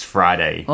Friday